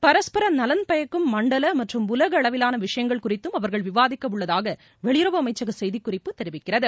பரஸ்பர நலன் பயக்கும் மண்டல மற்றும் உலக அளவிலான விஷயங்கள் குறித்தும் அவர்கள் விவாதிக்க உள்ளதாக வெளியுறவு அமைச்சக செய்திக்குறிப்பு தெரிவிக்கிறது